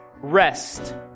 rest